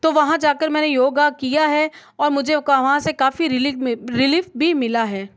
तो वहाँ जा कर मैंने योग किया है और मुझे कहाँ से काफ़ी रिली भी रिलीफ़ भी मिला है